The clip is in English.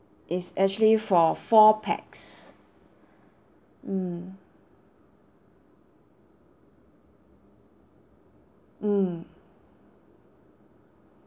is actually for four pax mm mm